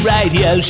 Radio